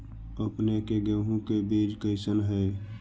अपने के गेहूं के बीज कैसन है?